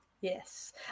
yes